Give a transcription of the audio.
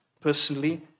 personally